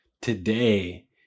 Today